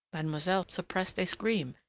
mademoiselle suppressed a scream,